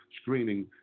screening